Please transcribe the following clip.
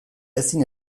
ezin